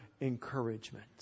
encouragement